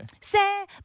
Say